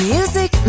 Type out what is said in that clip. Music